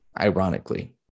ironically